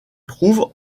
trouve